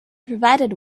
provided